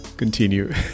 Continue